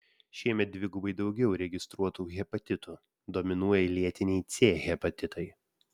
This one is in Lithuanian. šiemet dvigubai daugiau registruotų hepatitų dominuoja lėtiniai c hepatitai